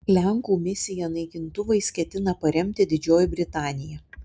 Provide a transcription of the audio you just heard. lenkų misiją naikintuvais ketina paremti didžioji britanija